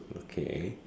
okay